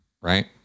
right